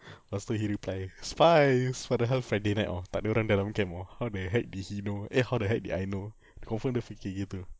lepas tu he reply spies padahal friday night off tak ada orang dalam camp oh how the heck did he know eh how the heck did I know confirm dia fikir gitu